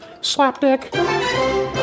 Slapdick